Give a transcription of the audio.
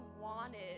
wanted